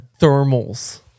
Thermals